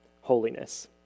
holiness